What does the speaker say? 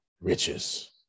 riches